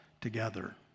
together